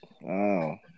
Wow